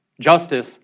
Justice